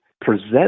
present